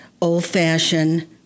old-fashioned